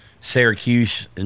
Syracuse